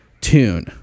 tune